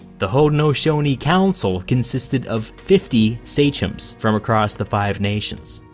the haudenosaunee council consisted of fifty sachems from across the five nations.